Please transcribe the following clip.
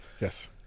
Yes